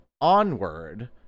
onward